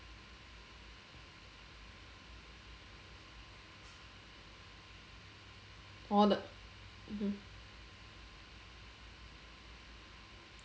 all th~ mmhmm